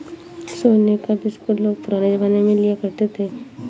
सोने का बिस्कुट लोग पुराने जमाने में लिया करते थे